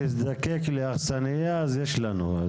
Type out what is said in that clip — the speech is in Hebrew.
אם נזדקק לאכסניה, אז יש לנו.